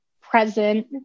present